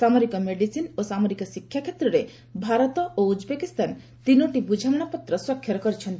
ସାମରିକ ମେଡିସିନ ଓ ସାମରିକ ଶିକ୍ଷା କ୍ଷେତ୍ରରେ ଭାରତ ଓ ଉଜ୍ବେକିସ୍ଥାନ ତିନୋଟି ବୁଝାମଣାପତ୍ର ସ୍ୱାକ୍ଷର କରିଛନ୍ତି